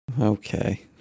Okay